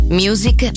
music